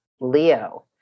Leo